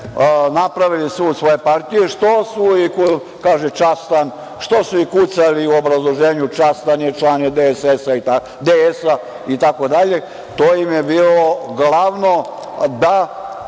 napravili sud svoje partije, što su i kucali u obrazloženju „častan je, član je DS itd“, to im je bilo glavno da